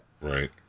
Right